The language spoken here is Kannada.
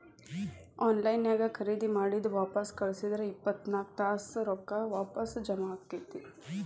ಆನ್ ಲೈನ್ ನ್ಯಾಗ್ ಖರೇದಿ ಮಾಡಿದ್ ವಾಪಸ್ ಕಳ್ಸಿದ್ರ ಇಪ್ಪತ್ನಾಕ್ ತಾಸ್ನ್ಯಾಗ್ ರೊಕ್ಕಾ ವಾಪಸ್ ಜಾಮಾ ಆಕ್ಕೇತಿ